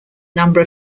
number